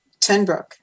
Tenbrook